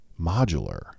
modular